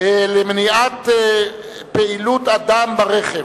למניעת נעילת אדם ברכב).